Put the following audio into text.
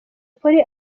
polly